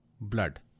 blood